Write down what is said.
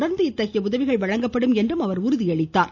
தொடர்ந்து இத்தகைய உதவிகள் வழங்கப்படும் என்றும் அவர் கூறினார்